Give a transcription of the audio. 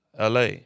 LA